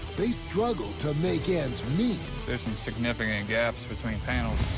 they struggled to make ends meet. there's some significant gaps between panels.